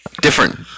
different